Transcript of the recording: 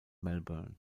melbourne